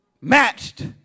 matched